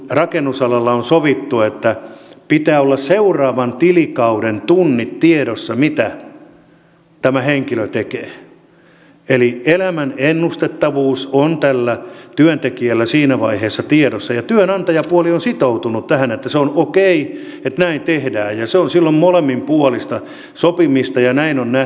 rakennusalalla on sovittu että pitää olla tiedossa seuraavan tilikauden tunnit mitä tämä henkilö tekee eli elämän ennustettavuus on tällä työntekijällä siinä vaiheessa tiedossa ja työnantajapuoli on sitoutunut tähän että on okei että näin tehdään ja se on silloin molemminpuolista sopimista ja näin on nähty